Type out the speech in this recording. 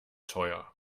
teuer